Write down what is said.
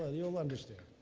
ah you'll understand.